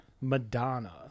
Madonna